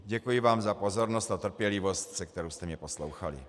Děkuji vám za pozornost a trpělivost, se kterou jste mě poslouchali.